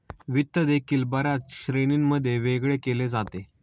वित्त देखील बर्याच श्रेणींमध्ये वेगळे केले जाते